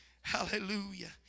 Hallelujah